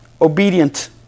obedient